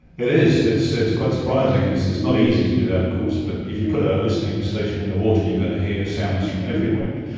it is. so it's quite surprising. it's it's not easy to do that of course, but if you put a listening station in the water, you're going to hear sounds from everywhere.